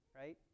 right